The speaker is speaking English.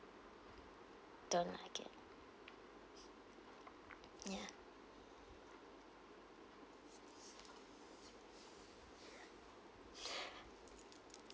don't like it ya